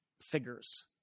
figures